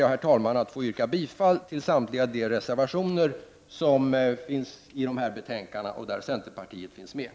Jag ber att få yrka bifall till samtliga de reservationer där centerpartiet finns med och som återfinns i dessa betänkanden.